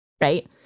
right